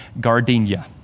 Gardenia